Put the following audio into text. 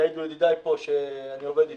יעידו ידידיי פה שאני עובד איתם.